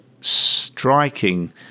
striking